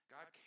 God